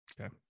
okay